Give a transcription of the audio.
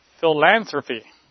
Philanthropy